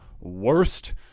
worst